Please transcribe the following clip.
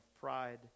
pride